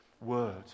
word